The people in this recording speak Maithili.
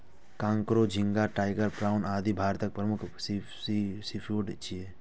कांकोर, झींगा, टाइगर प्राउन, आदि भारतक प्रमुख सीफूड छियै